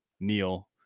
Neil